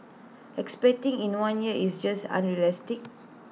expecting in one year is just unrealistic